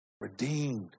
Redeemed